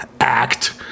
Act